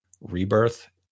Rebirth